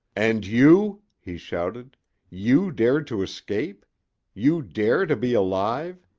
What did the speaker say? and you! he shouted you dared to escape you dare to be alive?